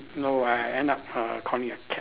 no I end up err calling a cab